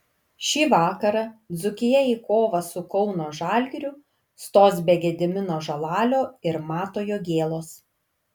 šį vakarą dzūkija į kovą su kauno žalgiriu stos be gedimino žalalio ir mato jogėlos